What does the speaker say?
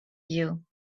you